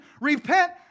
Repent